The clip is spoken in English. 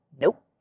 Nope